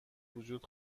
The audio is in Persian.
وجود